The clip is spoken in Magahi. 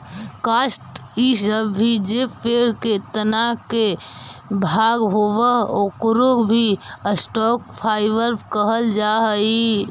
काष्ठ इ सब भी जे पेड़ के तना के भाग होवऽ, ओकरो भी स्टॉक फाइवर कहल जा हई